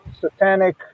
satanic